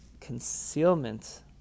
concealment